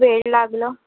वेड लागलं